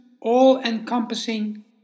all-encompassing